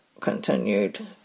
continued